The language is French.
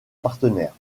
partenaire